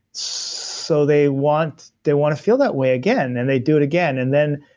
so they want they want to feel that way again and they do it again. and then,